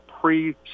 pre